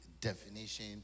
definition